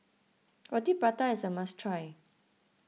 Roti Prata is a must try